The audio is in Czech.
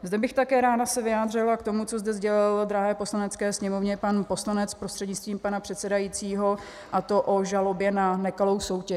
Zde bych také ráda se vyjádřila k tomu, co zde sdělil drahé Poslanecké sněmovně pan poslanec prostřednictvím pana předsedajícího, a to o žalobě na nekalou soutěž.